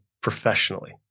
professionally